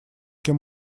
кем